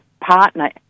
partner